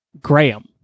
Graham